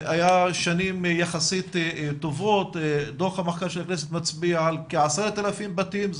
היה שנים יחסית טובות דו"ח המחקר של הכנסת מצביע על כ- 10,000 בתים,